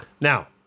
Now